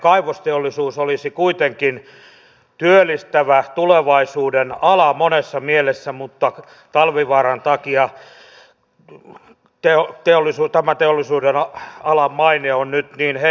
kaivosteollisuus olisi kuitenkin työllistävä tulevaisuuden ala monessa mielessä mutta talvivaaran takia tämän teollisuudenalan maine on nyt niin heikoilla